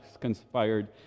conspired